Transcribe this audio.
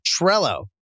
Trello